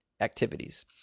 activities